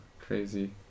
Crazy